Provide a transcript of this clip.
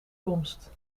komst